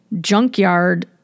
junkyard